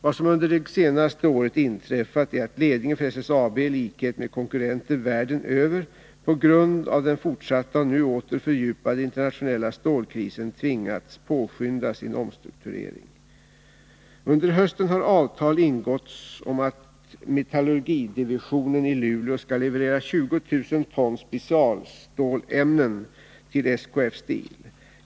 Vad som under det senaste året inträffat är att ledningen för SSAB ilikhet med konkurrenter världen över på grund av den fortsatta och nu åter fördjupade internationella stålkrisen tvingats påskynda sin omstrukturering. Under hösten har avtal ingåtts om att metallurgidivisionen i Luleå skall leverera 20 000 ton specialstålämnen till SKF Steel.